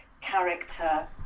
Character